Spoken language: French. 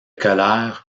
colère